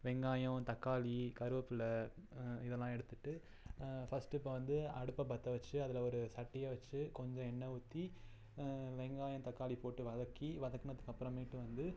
வெங்காயம் தக்காளி கருவேப்பில்லை இதெல்லாம் எடுத்துகிட்டு ஃபர்ஸ்ட்டு இப்போ வந்து அடுப்பை பற்ற வச்சு அதில் ஒரு சட்டியை வச்சு கொஞ்சம் எண்ணெய் ஊற்றி வெங்காயம் தக்காளி போட்டு வதக்கி வதக்குனதுக்கப்புறமேட்டு வந்து